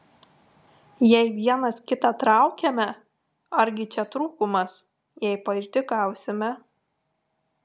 jei vienas kitą traukiame argi čia trūkumas jei paišdykausime